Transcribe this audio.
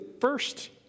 first